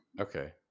okay